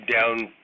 down